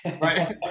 Right